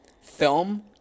film